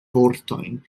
vortojn